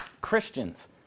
Christians